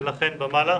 ולכן ומעלה.